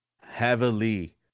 heavily